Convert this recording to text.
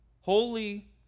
Holy